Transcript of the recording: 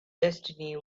destiny